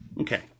Okay